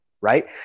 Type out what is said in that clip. right